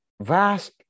vast